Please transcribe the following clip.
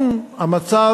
אם המצב,